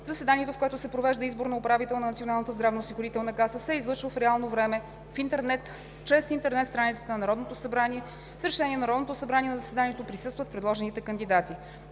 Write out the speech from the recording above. Заседанието, в което се провежда избор на управител на Националната здравноосигурителна каса, се излъчва в реално време в интернет чрез интернет страницата на Народното събрание. С решение на Народното събрание на заседанието присъстват предложените кандидати.